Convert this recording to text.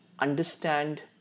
understand